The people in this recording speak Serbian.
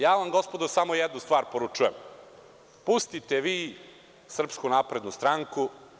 Ja vam, gospodo, samo jednu stvar poručujem - pustite vi Srpsku naprednu stranku.